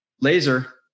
laser